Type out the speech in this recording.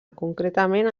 concretament